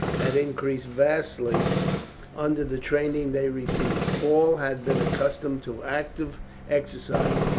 had increased vastly under the training they received. all had been accustomed to active exercise,